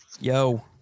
Yo